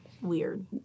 weird